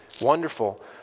wonderful